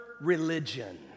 religion